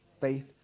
faith